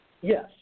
Yes